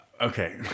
okay